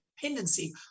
dependency